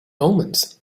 omens